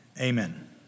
Amen